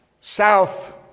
south